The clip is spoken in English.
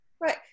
right